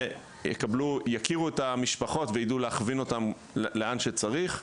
ויכירו את המשפחות וידעו להכווין אותן לאן שצריך.